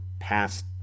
past